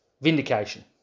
Vindication